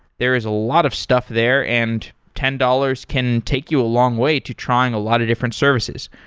there is a lot of stuff there, and ten dollars can take you a long way to trying a lot of different services.